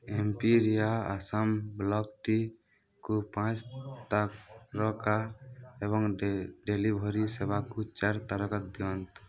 ଏମ୍ପିରିଆ Assam block ଟିକୁ ପାଞ୍ଚ ତାରକା ଏବଂ ଡେଲିଭରୀ ସେବାକୁ ଚାରି ତାରକା ଦିଅନ୍ତୁ